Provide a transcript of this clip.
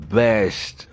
best